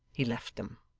he left them.